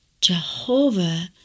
Jehovah